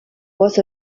was